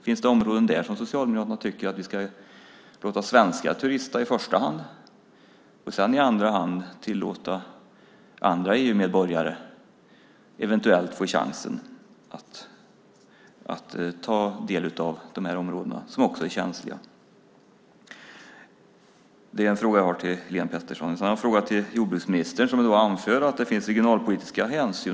Finns det områden där som Socialdemokraterna tycker att vi i första hand ska låta svenskar turista i och först i andra hand låta andra EU-medborgare eventuellt få chansen att ta del av dessa känsliga områden? Det är min fråga till Helén Pettersson. Sedan har jag en fråga till jordbruksministern, som anför att det finns regionalpolitiska hänsyn.